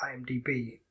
IMDb